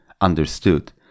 understood